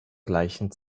gleichen